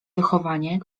wychowanie